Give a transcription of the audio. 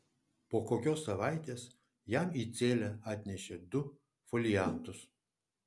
po kokios savaitės jam į celę atnešė du foliantus